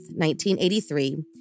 1983